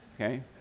Okay